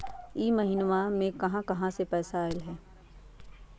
इह महिनमा मे कहा कहा से पैसा आईल ह?